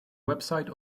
website